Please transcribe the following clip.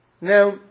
Now